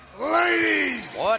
ladies